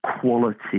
quality